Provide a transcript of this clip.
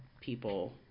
people